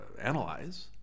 analyze